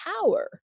power